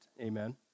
Amen